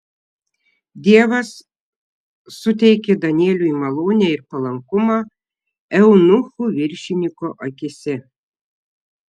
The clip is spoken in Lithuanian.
dievas suteikė danieliui malonę ir palankumą eunuchų viršininko akyse